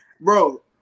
bro